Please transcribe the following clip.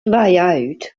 layout